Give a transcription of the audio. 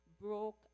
broke